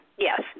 Yes